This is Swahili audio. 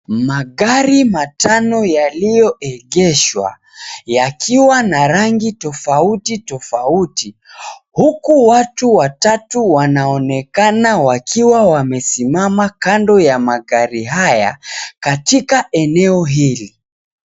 Magari matano yaliyoegeshwa yakiwa na rangi tofauti tofauti, huku watu watatu wanaonekana wakiwa wamesimama kando ya magari haya katika eneo hili.